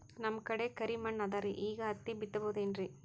ನಮ್ ಕಡೆ ಕರಿ ಮಣ್ಣು ಅದರಿ, ಈಗ ಹತ್ತಿ ಬಿತ್ತಬಹುದು ಏನ್ರೀ?